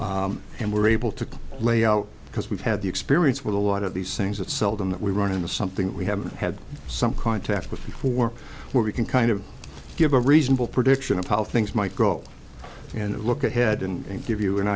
options and we're able to lay out because we've had the experience with a lot of these things that seldom that we run into something that we have had some contact with before where we can kind of give a reasonable prediction of how things might go and look ahead and give you an